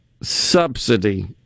subsidy